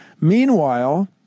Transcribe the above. Meanwhile